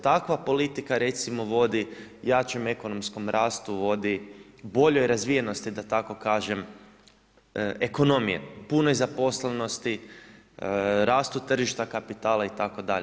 Takva politika recimo vodi jačem ekonomskom rastu vodi boljoj razvijenosti, da tako kažem, ekonomije, punoj zaposlenosti, rastu tržišta kapitala itd.